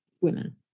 women